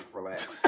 Relax